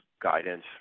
guidance